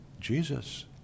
Jesus